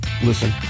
Listen